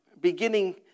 beginning